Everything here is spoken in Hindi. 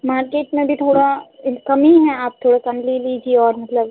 मार्केट में भी थोड़ा कमी है आप थोड़ा कम लीजिए और मतलब